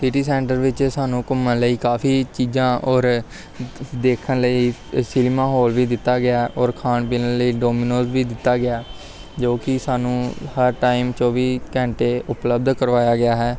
city centre ਵਿੱਚ ਸਾਨੂੰ ਘੁੰਮਣ ਲਈ ਕਾਫੀ ਚੀਜ਼ਾਂ ਔਰ ਦੇਖਣ ਲਈ ਸਿਨੇਮਾ ਹੋਲ ਵੀ ਦਿੱਤਾ ਗਿਆ ਔਰ ਖਾਣ ਪੀਣ ਲਈ ਡੋਮੀਨੋਜ ਵੀ ਦਿੱਤਾ ਗਿਆ ਜੋ ਕਿ ਸਾਨੂੰ ਹਰ ਟਾਈਮ ਚੌਵੀ ਘੰਟੇ ਉਪਲੱਬਧ ਕਰਵਾਇਆ ਗਿਆ ਹੈ